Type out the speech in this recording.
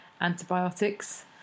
antibiotics